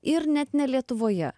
ir net ne lietuvoje